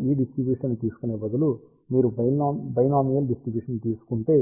ఇప్పుడు ఈ డిస్ట్రిబ్యూషని తీసుకునే బదులు మీరు బైనామియాల డిస్ట్రిబ్యూషని తీసుకుంటే